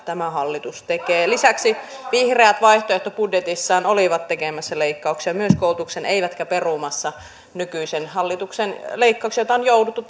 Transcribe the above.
tämä hallitus tekee lisäksi vihreät vaihtoehtobudjetissaan olivat tekemässä leikkauksia myös koulutukseen eivätkä perumassa nykyisen hallituksen leikkauksia joita on jouduttu